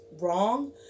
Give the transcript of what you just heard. wrong